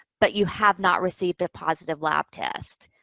but you have not received a positive lab test.